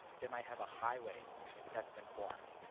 they might have a highway that's been formed.